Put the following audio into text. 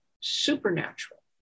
supernatural